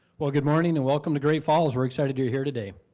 well good morning and welcome to great falls. we're excited to be here today.